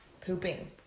Pooping